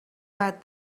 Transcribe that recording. but